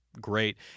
great